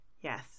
Yes